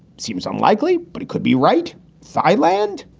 seems unlikely, but it could be right side land.